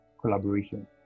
collaboration